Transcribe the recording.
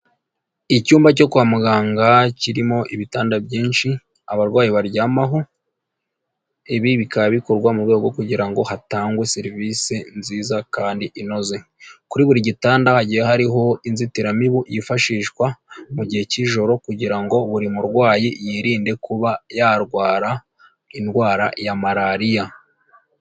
Icyumba cyo kwa muganga kirimo ibitanda byinshi abarwayi baryamaho, ibi bikaba bikorwa mu rwego kugira ngo hatangwe serivise nziza kandi inoze. Kuri buri gitanda hagiye hariho inzitiramibu yifashishwa mu gihe k'ijoro kugira ngo buri murwayi yirinde kuba yarwara indwara ya Malariya.